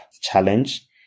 challenge